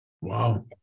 Wow